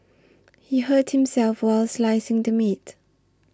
he hurt himself while slicing the meat